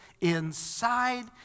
inside